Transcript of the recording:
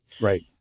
Right